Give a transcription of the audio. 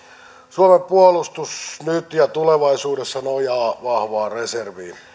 suomen puolustus nyt ja tulevaisuudessa nojaa vahvaan reserviin